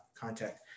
contact